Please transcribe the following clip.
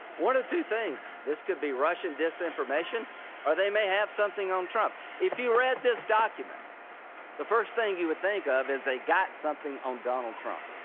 one of two things. this could be russian disinformation or they may have something on trump. if you read this document the first thing you would think of is they got something on donald trump.